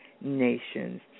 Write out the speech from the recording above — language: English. Nations